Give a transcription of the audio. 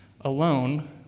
alone